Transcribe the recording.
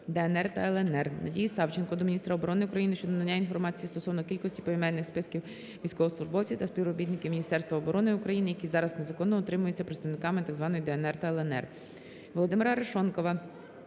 "ДНР" та "ЛНР". Надії Савченко до міністра оборони України щодо надання інформації стосовно кількості, поіменних списків військовослужбовців та співробітників Міністерства оборони України, які зараз незаконно утримуються представниками т.зв. "ДНР" та "ЛНР". Володимира Арешонкова